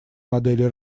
модели